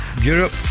Europe